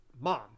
mom